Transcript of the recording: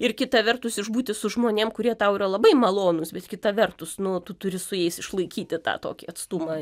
ir kita vertus išbūti su žmonėm kurie tau yra labai malonūs bet kita vertus nu tu turi su jais išlaikyti tą tokį atstumą ir